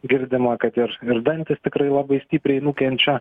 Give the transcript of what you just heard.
girdima kad ir ir dantys tikrai labai stipriai nukenčia